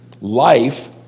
Life